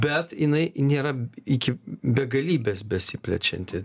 bet jinai nėra iki begalybės besiplečianti